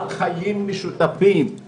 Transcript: על חיים משותפים,